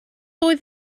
oedd